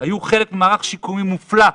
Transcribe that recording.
היו חלק ממערך שיקום מופלא,